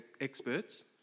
experts